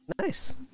Nice